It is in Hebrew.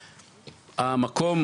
המקום,